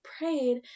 prayed